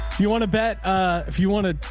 you want to bet ah if you wanna,